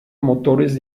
motores